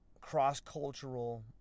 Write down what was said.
cross-cultural